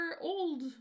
old